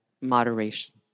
moderation